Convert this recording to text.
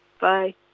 bye